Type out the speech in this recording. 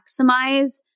maximize